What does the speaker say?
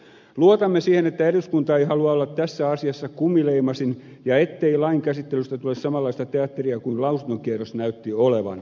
luotamme siihen että eduskunta ei halua olla tässä asiassa kumileimasin ja ettei lain käsittelystä tule samanlaista teatteria kuin lausuntokierros näytti olevan